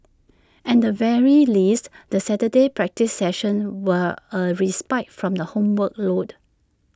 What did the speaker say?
and the very least the Saturday practice sessions were A respite from the homework load